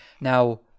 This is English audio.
now